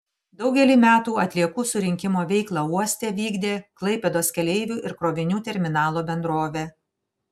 daugelį metų atliekų surinkimo veiklą uoste vykdė klaipėdos keleivių ir krovinių terminalo bendrovė